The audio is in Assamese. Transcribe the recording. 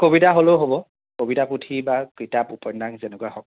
কবিতা হ'লেও হ'ব কবিতা পুথি বা কিতাপ উপন্যাস যেনেকুৱাই হওক